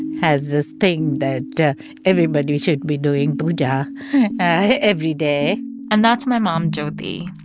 has this thing that everybody should be doing puja every day and that's my mom, jyoti.